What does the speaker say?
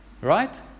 Right